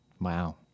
Wow